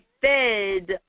fed